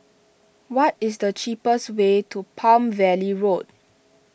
what is the cheapest way to Palm Valley Road